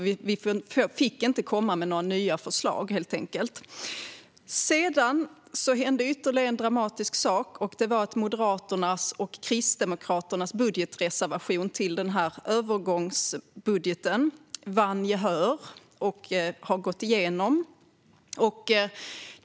Vi fick inte komma med några nya förslag, helt enkelt. Sedan hände ytterligare en dramatisk sak, och det var att Moderaternas och Kristdemokraternas budgetreservation till övergångsbudgeten vann gehör och gick igenom.